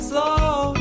Slow